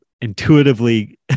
intuitively